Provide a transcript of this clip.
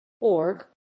Org